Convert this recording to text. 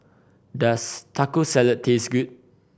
does Taco Salad taste good